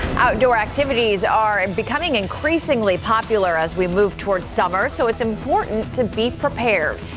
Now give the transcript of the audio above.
outdoor activities are and becoming increasingly popular as we move toward summer so it's important to be prepared.